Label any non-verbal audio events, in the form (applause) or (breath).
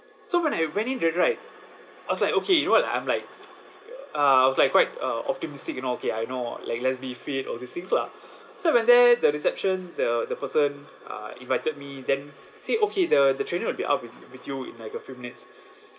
so when I went in there right I was like okay you know what I'm like (noise) uh I was like quite uh optimistic you know okay I know like let's be fit all these things lah so I went there the reception the the person uh invited me then say okay the the trainer will be out with with you in like a few minutes (breath)